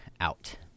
out